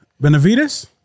Benavides